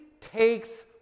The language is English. takes